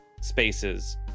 spaces